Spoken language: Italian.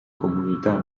comunità